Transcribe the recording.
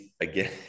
again